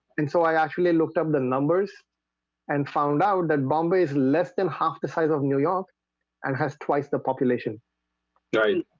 and so i actually looked up the numbers and found out that bombay is less than half the size of new york and has twice the population right,